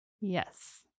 Yes